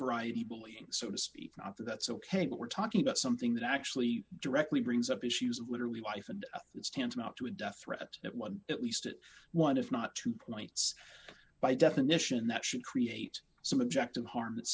variety bullying so to speak not that that's ok but we're talking about something that actually directly brings up issues of literally life and it's tantamount to a death threat that one at least it one if not two points by definition that should create some objective harm that